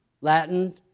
Latin